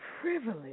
privilege